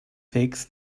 fix